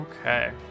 Okay